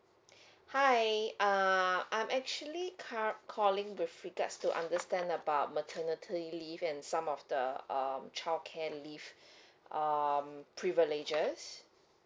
hi uh I'm actually ca~ calling with regards to understand about maternity leave and some of the um childcare leave um privileges